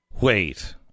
Wait